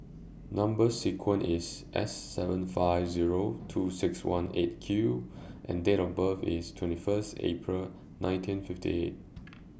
Number sequence IS S seven five Zero two six one eight Q and Date of birth IS twenty First April nineteen fifty eight